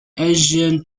ancient